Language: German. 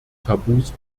tabus